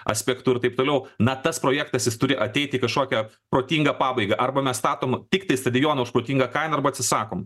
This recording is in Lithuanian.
aspektu ir taip toliau na tas projektas jis turi ateiti kažkokia protinga pabaiga arba mes statom tiktai stadioną už protingą kainą arba atsisakom